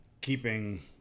keeping